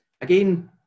Again